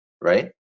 right